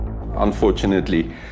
Unfortunately